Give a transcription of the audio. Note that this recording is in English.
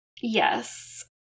Yes